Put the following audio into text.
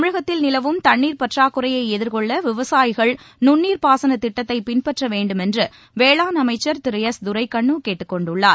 தமிழகத்தில் நிலவும் தண்ணீர் பற்றாக்குறையை எதிர்கொள்ள விவசாயிகள் நுண்ணீர் பாசன திட்டத்தை பின்பற்ற வேண்டுமென்று வேளாண் அமைச்சர் திரு எஸ் துரைக்கண்ணு கேட்டுக் கொண்டுள்ளார்